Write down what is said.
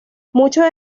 muchos